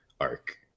arc